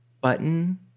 button